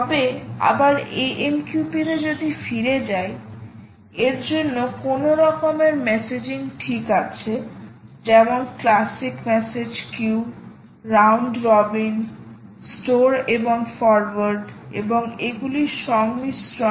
তবে আবার AMQP তে যদি ফিরে যাই এর জন্য কোন রকমের মেসেজিং ঠিক আছে যেমন classic message queue round robin store and forward এবং এগুলির সংমিশ্রণ